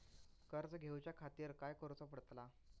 कर्ज घेऊच्या खातीर काय करुचा पडतला?